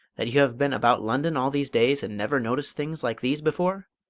that you have been about london all these days, and never noticed things like these before?